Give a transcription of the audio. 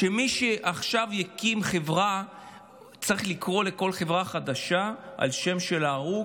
הוא אמר שמעתה מי שיקים חברה צריך לקרוא לכל חברה חדשה על שם של ההרוג,